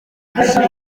irusha